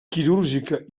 quirúrgica